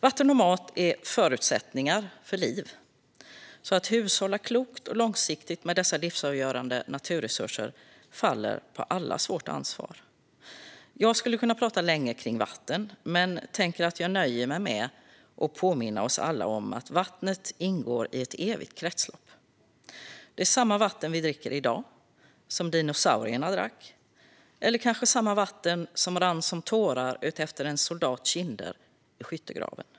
Vatten och mat är förutsättningar för liv, så att hushålla klokt och långsiktigt med dessa livsavgörande naturresurser faller på allas vårt ansvar. Jag skulle kunna tala länge kring vatten, men jag nöjer mig med att påminna oss alla om att vattnet ingår i ett evigt kretslopp. Det är samma vatten vi dricker i dag som dinosaurierna drack, eller kanske samma vatten som rann som tårar utefter en soldats kinder i skyttegraven.